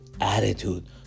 attitude